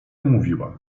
mówiła